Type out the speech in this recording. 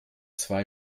zwei